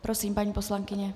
Prosím, paní poslankyně.